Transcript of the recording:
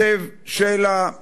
הקצב של, מתי?